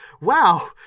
Wow